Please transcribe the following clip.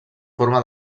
forma